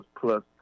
plus